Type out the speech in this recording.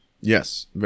Yes